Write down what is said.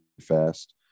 fast